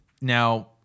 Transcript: now